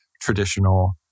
traditional